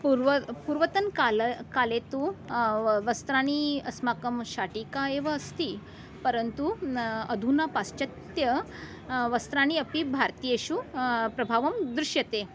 पूर्वं पूर्वतन काले काले तु वस्त्राणि अस्माकं शाटिका एव अस्ति परन्तु अधुना पाश्चत्य वस्त्राणि अपि भारतीयेषु प्रभावं दृश्यते